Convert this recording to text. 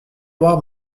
voir